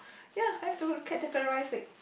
ya have to categorise it